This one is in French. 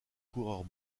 coureurs